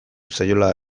zaiola